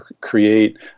create